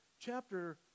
chapter